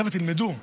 חבר'ה, תלמדו.